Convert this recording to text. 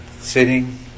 sitting